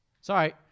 Sorry